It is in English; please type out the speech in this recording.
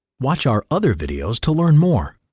watch our other videos to learn more,